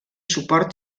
suport